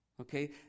okay